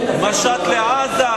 משט לעזה,